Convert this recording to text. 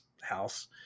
house